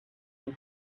your